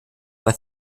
bei